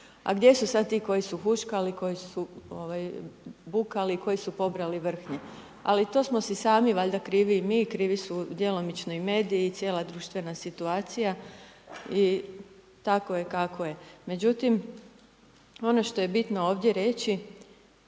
a gdje su sada ti koji su huškali, koji su, ovaj bukali, koji su pobrali vrhnje, ali to smo si sami valjda krivi i mi, krivi su djelomično i mediji i cijela društvena situacija i tako je kako je. Međutim, ono što je bitno ovdje reći,